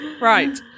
right